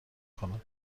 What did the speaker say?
کند